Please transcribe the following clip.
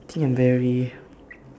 think I'm very